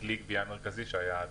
זה כלי גבייה מרכזי שהיה בעבר.